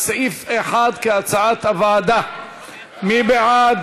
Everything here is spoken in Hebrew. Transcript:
46, בעד,